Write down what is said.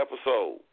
episode